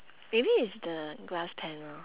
maybe it's the glass panel